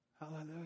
Hallelujah